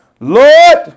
Lord